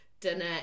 dinner